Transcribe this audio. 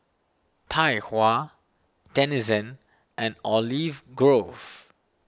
Tai Hua Denizen and Olive Grove